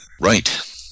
Right